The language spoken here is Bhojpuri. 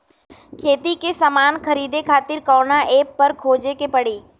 खेती के समान खरीदे खातिर कवना ऐपपर खोजे के पड़ी?